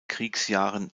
kriegsjahren